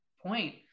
point